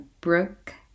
Brooke